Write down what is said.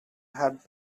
had